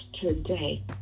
today